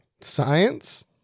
Science